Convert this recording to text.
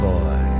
Boy